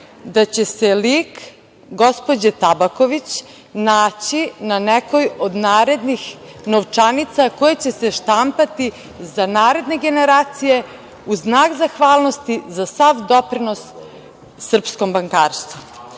da će se lik gospođe Tabaković naći na nekoj od narednih novčanica koje će se štampati za naredne generacije u znak zahvalnosti za sav doprinos srpskom bankarstvu. Imajući